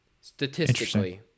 Statistically